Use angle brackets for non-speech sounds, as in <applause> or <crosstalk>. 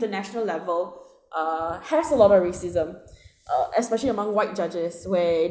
international level <breath> uh has a lot of racism uh especially among white judges where